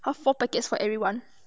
!huh! four packets for everyone